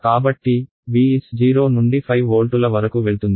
కాబట్టి Vs 0 నుండి 5 వోల్టుల వరకు వెళ్తుంది